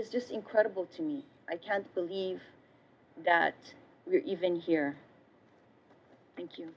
is just incredible to me i can't believe that even here thank you